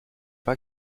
pas